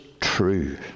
true